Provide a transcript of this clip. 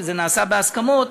שזה נעשה בהסכמות,